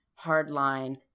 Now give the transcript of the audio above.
hardline